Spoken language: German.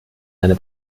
eine